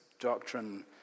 doctrine